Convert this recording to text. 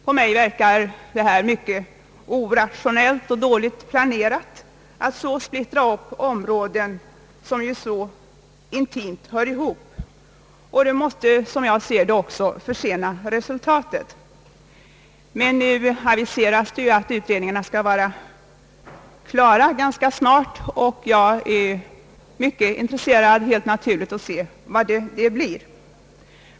På mig verkar det mycket irrationellt och dåligt planerat att splittra upp områden, som så intimt hör ihop, och detta måste, som jag ser det, också försena utredningsresultaten. Men nu aviseras ju att utredningarna ganska snart skall vara klara. Jag är helt naturligt mycket intresserad av att se resultaten.